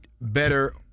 better